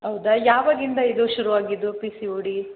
ಹೌದಾ ಯಾವಾಗಿಂದ ಇದು ಶುರುವಾಗಿದ್ದು ಪಿ ಸಿ ಓ ಡಿ